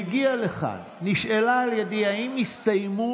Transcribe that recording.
הגיעה לכאן, נשאלה על ידי אם הסתיימו